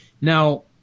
Now